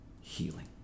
Healing